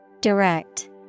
Direct